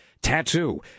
Tattoo